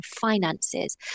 finances